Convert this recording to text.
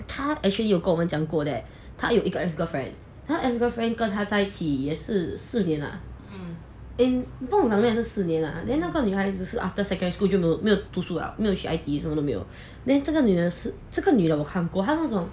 他 actually 有跟我们讲过 that 它有一个 ex girlfriend 他 ex girlfriend 跟他在一起也是四年了 and 不懂两年还是四年 lah then 那个女孩子是 after secondary school 就没有读书了没有去 I_T_E 什么都没有 then 这个女是这个女的我看过他那种